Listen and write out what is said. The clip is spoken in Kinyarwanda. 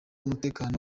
umutekano